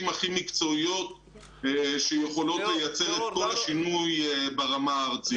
הכי מקצועיות שיכולות לייצר את כל השינוי ברמה הארצית.